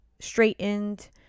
straightened